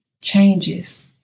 changes